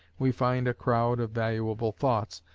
we find a crowd of valuable thoughts,